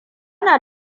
na